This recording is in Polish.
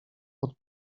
pod